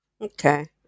Okay